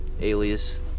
alias